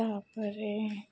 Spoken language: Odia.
ତାପରେ